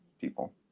people